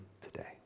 today